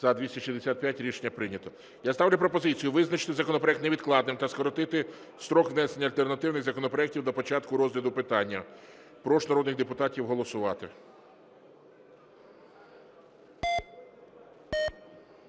За-265 Рішення прийнято. Я ставлю пропозицію визначити законопроект невідкладним та скоротити строк внесення альтернативних законопроектів до початку розгляду питання. Прошу народних депутатів голосувати.